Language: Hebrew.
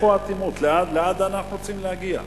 עד איפה האטימות, לאן אנחנו רוצים להגיע?